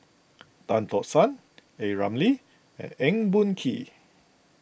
Tan Tock San A Ramli and Eng Boh Kee